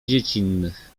dziecinnych